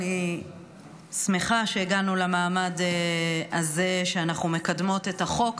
אני שמחה שהגענו למעמד הזה שאנחנו מקדמות את החוק,